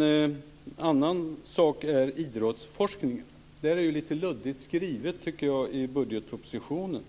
En annan sak är idrottsforskningen. Det är lite luddigt skrivet i budgetpropositionen.